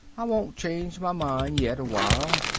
i won't change my mind yit awhile.